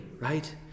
right